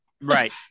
right